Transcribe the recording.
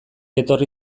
etorri